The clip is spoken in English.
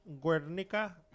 Guernica